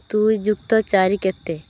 ଦୁଇ ଯୁକ୍ତ ଚାରି କେତେ